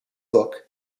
book